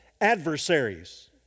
adversaries